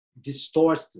distorted